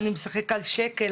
אני משחק על שקל,